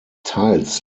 teils